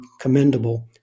commendable